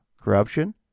corruption